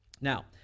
now